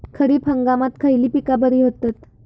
खरीप हंगामात खयली पीका बरी होतत?